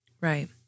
right